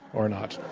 or not.